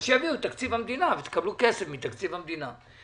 אז שיביאו את תקציב המדינה ותקבלו כסף מתקציב המדינה.